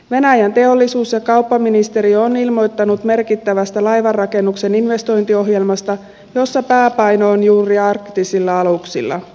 venäjän teollisuus ja kauppaministeriö on ilmoittanut merkittävästä laivanrakennuksen investointiohjelmasta jossa pääpaino on juuri arktisilla aluksilla